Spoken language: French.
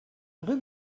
rue